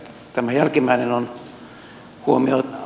tämä jälkimmäinen on huomionarvoista